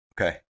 Okay